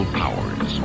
powers